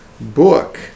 book